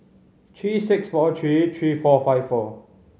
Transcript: three six four three three four five four